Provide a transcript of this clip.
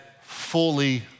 fully